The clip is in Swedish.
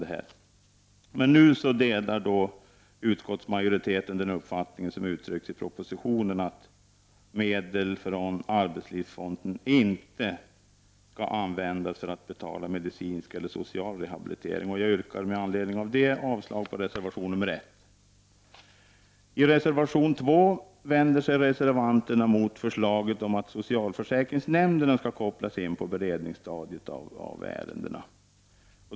Utskottsmajoriteten delar just nu den uppfattning som uttrycks i propositionen, att medel från arbetslivsfonden inte skall användas för att betala medicinsk eller social rehabilitering. Med anledning av detta yrkar jag avslag på reservation nr 1. I reservation nr 2 vänder sig reservanterna mot förslaget om att socialförsäkringsnämnderna skall kopplas in redan under beredningen av ärendena.